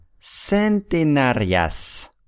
centenarias